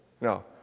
No